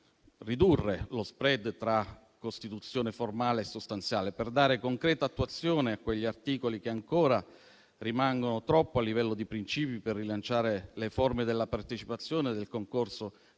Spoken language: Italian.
ridurre lo *spread* tra Costituzione formale e sostanziale, per dare concreta attuazione a quegli articoli che ancora rimangono troppo a livello di principi per rilanciare le forme della partecipazione e del concorso